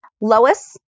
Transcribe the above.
Lois